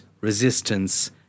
resistance